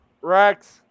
Rex